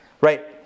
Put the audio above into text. Right